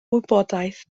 wybodaeth